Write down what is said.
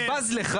אני בז לך.